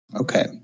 Okay